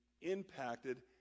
impacted